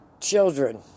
children